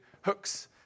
hooks